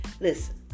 Listen